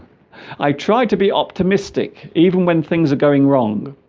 i try to be optimistic even when things are going wrong